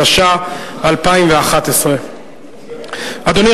התשע"א 2011. אדוני,